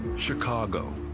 chicago.